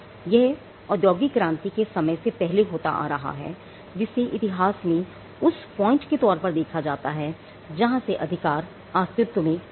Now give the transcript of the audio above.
यह औद्योगिक क्रांति के समय से पहले होता रहा है जिसे इतिहास में उस पॉइंट के तौर पर देखा जाता है जहां से अधिकार अस्तित्व में आए